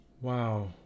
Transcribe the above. Wow